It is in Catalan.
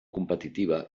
competitiva